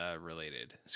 related